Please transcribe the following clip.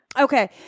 Okay